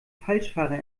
falschfahrer